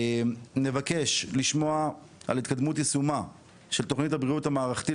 נבקש לשמוע על התקדמות יישומה של תוכנית הבריאות הממלכתית